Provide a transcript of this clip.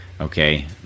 okay